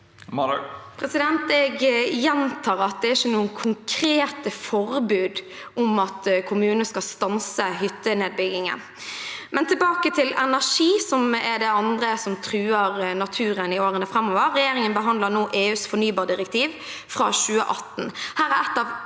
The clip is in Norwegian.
Jeg gjentar at det ikke er noen konkrete forbud om at kommunene skal stanse hyttenedbyggingen. Tilbake til energi, som er det andre som truer naturen i årene framover: Regjeringen behandler nå EUs fornybardirektiv fra 2018.